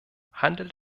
handelt